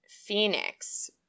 Phoenix